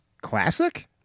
classic